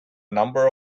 number